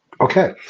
Okay